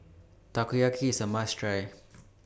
Takoyaki IS A must Try